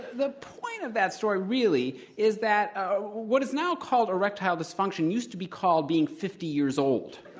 the point of that story really is that ah what is now called erectile dysfunction used to be called being fifty years old,